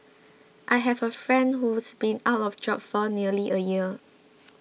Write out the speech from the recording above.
I have a friend who's been out of job for nearly a year